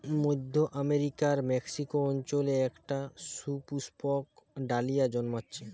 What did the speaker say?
মধ্য আমেরিকার মেক্সিকো অঞ্চলে একটা সুপুষ্পক ডালিয়া জন্মাচ্ছে